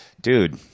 Dude